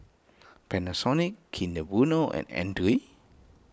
Panasonic Kinder Bueno and andre